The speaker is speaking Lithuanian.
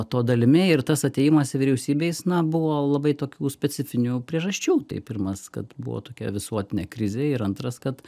to dalimi ir tas atėjimas į vyriausybę jis na buvo labai tokių specifinių priežasčių tai pirmas kad buvo tokia visuotinė krizė ir antras kad